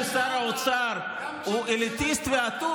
בגלל ששר האוצר הוא אליטיסט ואטום,